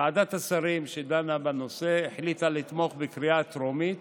ועדת השרים שדנה בנושא החליטה לתמוך בו בקריאה טרומית